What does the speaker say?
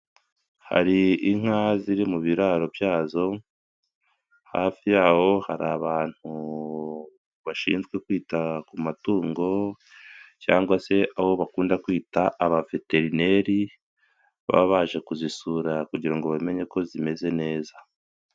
Hari inka ziri mu biraro byazo, hafi yaho hari abantu bashinzwe kwita ku matungo cyangwa se abo bakunda kwita abaveterineri, baba baje kuzisura kugira ngo bamenye ko zimeze neza.